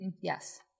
Yes